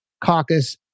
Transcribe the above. caucus